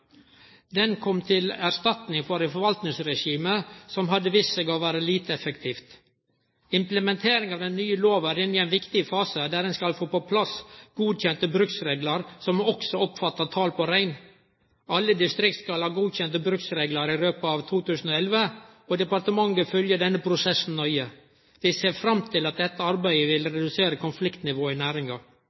den nye lova er inne i ein viktig fase, der ein skal få på plass godkjende bruksreglar som også omfattar talet på rein. Alle distrikt skal ha godkjende bruksreglar i løpet av 2011, og departementet følgjer denne prosessen nøye. Vi ser fram til at dette arbeidet vil redusere konfliktnivået i næringa.